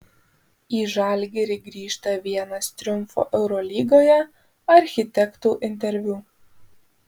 į žalgirį grįžta vienas triumfo eurolygoje architektų interviu